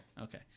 Okay